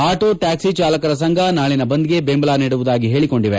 auto taxi ಚಾಲಕರ ಸಂಘ ನಾಳನ ಬಂದ್ಗೆ ಬೆಂಬಲ ನೀಡುವುದಾಗಿ ಹೇಳಿಕೊಂಡಿದೆ